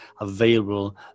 available